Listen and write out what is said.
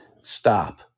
Stop